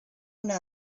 una